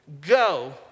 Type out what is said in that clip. Go